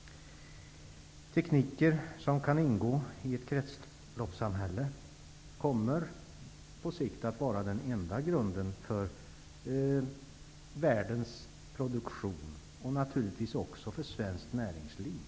Tekniker som kan ingå i ett kretsloppssamhälle kommer på sikt att vara den enda grunden för världens produktion och naturligtvis också för svenskt näringsliv.